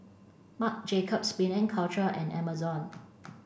Marc Jacobs Penang Culture and Amazon